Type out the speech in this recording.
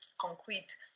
concrete